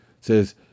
says